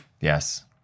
Yes